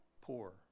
poor